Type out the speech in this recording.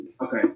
Okay